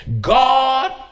God